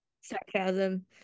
sarcasm